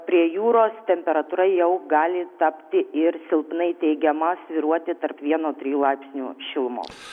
prie jūros temperatūra jau gali tapti ir silpnai teigiama svyruoti tarp vieno trijų laipsnių šilumos